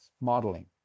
modeling